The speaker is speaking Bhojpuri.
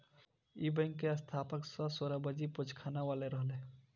इ बैंक के स्थापक सर सोराबजी पोचखानावाला रहले